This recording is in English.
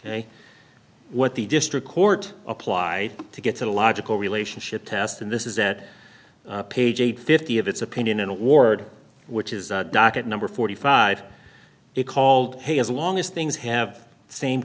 ok what the district court applied to get to the logical relationship test and this is ed page eight fifty of its opinion an award which is docket number forty five it called hey as long as things have same